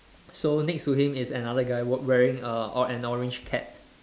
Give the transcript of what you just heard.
so next to him is another guy wearing a an orange cap